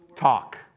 talk